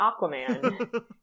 Aquaman